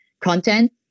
content